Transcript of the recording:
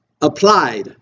applied